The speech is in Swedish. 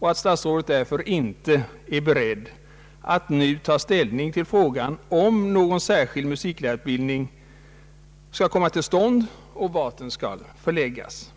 och att statsrådet därför inte är beredd att nu ta ställning till frågan om någon särskild musiklärarutbildning skall komma till stånd och vart den skall förläggas.